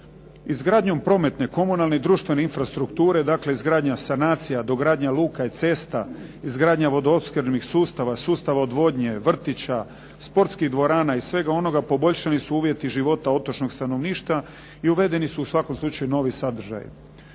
Izgradnjom prometne, komunalne i društvene infrastrukture, izgradnja sanacija, dogradnja luka i cesta, izgradnja vodoopskrbnih sustava, sustava odvodnje, vrtića, sportskih dvorana i svega onoga poboljšani su uvjeti života otočnog stanovništva i uvedeni su u svakom slučaju novi sadržaji.